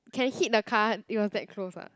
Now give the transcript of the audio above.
can hit the car it was that close ah